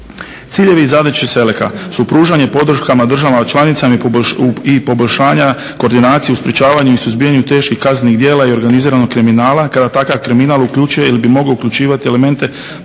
Ciljevi i zadaće SELEC su pružanje podrškama državama članicama i poboljšanja koordinacije u sprečavanju i suzbijanju teških kaznenih djela i organiziranog kriminala kada takav kriminal uključuje ili bi mogao uključivati elemente prekogranične